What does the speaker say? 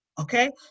Okay